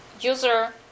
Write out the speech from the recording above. user